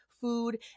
food